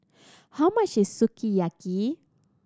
how much is Sukiyaki